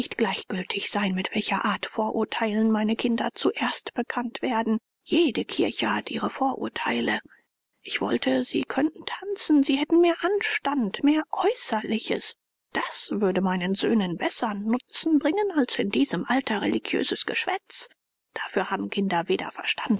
gleichgültig sein mit welcher art vorurteilen meine kinder zuerst bekannt werden jede kirche hat ihre vorurteile ich wollte sie könnten tanzen sie hätten mehr anstand mehr äußerliches das würde meinen söhnen bessern nutzen bringen als in diesem alter religiöses geschwätz dafür haben kinder weder